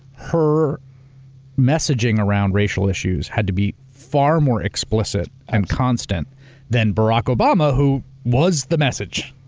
her messaging around racial issues had to be far more explicit and constant than barack obama, who was the message.